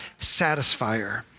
satisfier